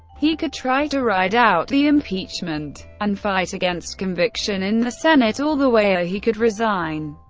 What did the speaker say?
he could try to ride out the impeachment and fight against conviction in the senate all the way, or he could resign.